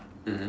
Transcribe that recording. mmhmm